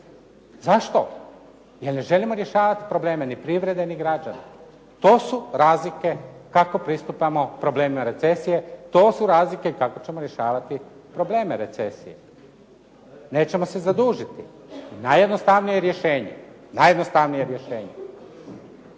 Zašto? Jer ne želimo rješavati probleme ni privrede ni građana. To su razlike kako pristupamo problemima recesije, to su razlike kako ćemo rješavati probleme recesije. Nećemo se zadužiti najjednostavnije je rješenje. Prema tome, ima rješenja.